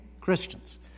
Christians